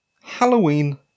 Halloween